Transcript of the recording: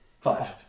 Five